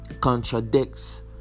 contradicts